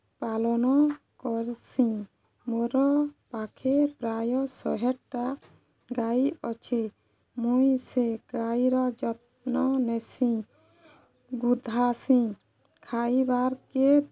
ପାଳନ କର୍ସିଁ ମୋର ପାଖେ ପ୍ରାୟ ଶହେଟା ଗାଈ ଅଛେ ମୁଇଁ ସେ ଗାଈର ଯତ୍ନ ନେସିଁ ଗୁଧାସିଁ ଖାଇବାର୍କେ